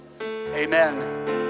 Amen